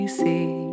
see